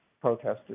protesters